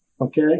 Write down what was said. Okay